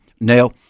Now